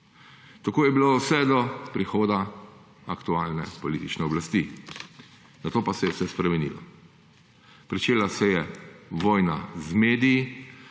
Tako je bilo vse do prihoda aktualne politične oblasti, nato pa se je vse spremenilo. Pričela se je vojna z mediji,